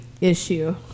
issue